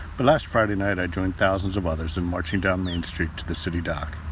but last friday night i joined thousands of others in marching down main street to the city dock.